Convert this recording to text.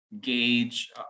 gauge